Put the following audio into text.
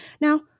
now